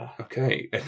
Okay